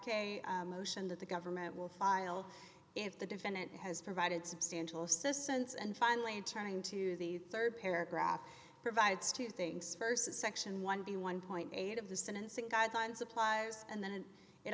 motion that the government will file if the defendant has provided substantial assistance and finally turning to the rd paragraph provides two things st section one b one point eight of the sentencing guidelines applies and then it